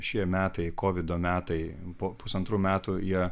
šie metai kovido metai po pusantrų metų jie